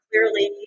clearly